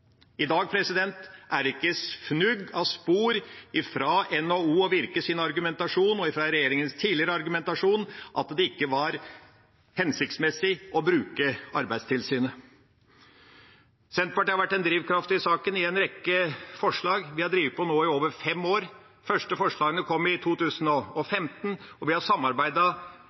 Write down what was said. I dag er det ikke fnugg av spor etter NHO og Virkes argumentasjon, og etter regjeringas tidligere argumentasjon, om at det ikke var hensiktsmessig å bruke Arbeidstilsynet. Senterpartiet har vært en drivkraft i saken i en rekke forslag. Vi har nå drevet på i over fem år. De første forslagene kom i 2015, og vi har